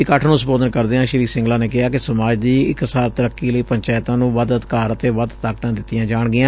ਇਕੱਠ ਨੂੰ ਸੰਬੋਧਨ ਕਰਦਿਆਂ ਸ੍ਰੀ ਸਿੰਗਲਾ ਨੇ ਕਿਹਾ ਕਿ ਸਮਾਜ ਦੀ ਇਕਸਾਰ ਤਰੱਕੀ ਲਈ ਪੰਚਾਇਤਾਂ ਨੂੰ ਵੱਧ ਅਧਿਕਾਰ ਅਤੇ ਵੱਧ ਤਾਕਤਾਂ ਦਿੱਤੀਆਂ ਜਾਣਗੀਆਂ